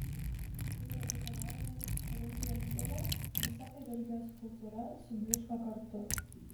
kai radikalioji chirurgija žlugo visa chirurgijos kultūra subliūško kartu